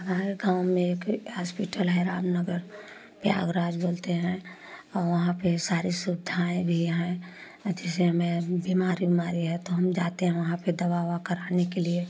हमारे गाँव में एक हॉस्पिटल है रामनगर प्रयागराज बोलते हैँ औ वहाँ पे सारे सुविधाएँ भी हैँ जैसे हमें बीमारी उमारी है तो हम जाते वहाँ पर दवा उवा कराने के लिए